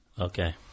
Okay